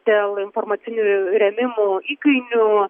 dėl informacinių rėmimų įkainių